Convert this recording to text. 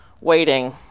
waiting